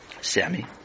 Sammy